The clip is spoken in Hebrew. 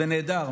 וזה נהדר.